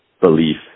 belief